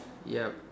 yup